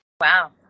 wow